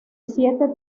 siete